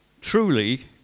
truly